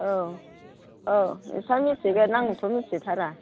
औ औ नोंस्रा मिथिगोन आंथ' मिथिथारा